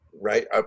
right